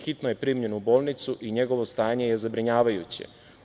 Hitno je primljen u bolnicu i njegovo stanje je zabrinjavajuće.